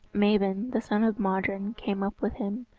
mabon, the son of modron, came up with him,